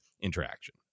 interaction